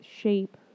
shape